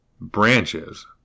branches